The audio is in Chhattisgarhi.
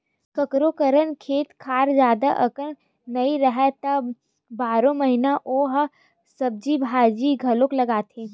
कखोरो करन खेत खार जादा अकन नइ राहय त बारो महिना ओ ह सब्जी भाजी घलोक लगाथे